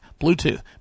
Bluetooth